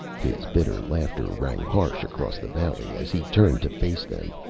his bitter laughter rang harsh across the valley as he turned to face them,